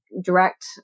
direct